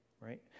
right